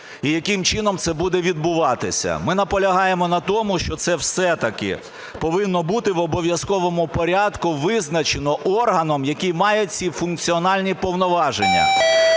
і яким чином це буде відбуватися. Ми наполягаємо на тому, що це все-таки повинно бути в обов'язковому порядку визначено органом, який має ці функціональні повноваження.